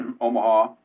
Omaha